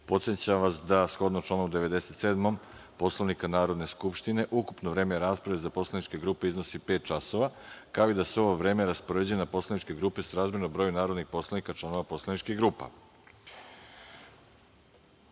podsećam vas da, shodno članu 97. Poslovnika Narodne skupštine, ukupno vreme rasprave za poslaničke grupe iznosi pet časova, kao i da se ovo vreme raspoređuje na poslaničke grupe srazmerno broju narodnih poslanika članova poslaničkih grupa. Po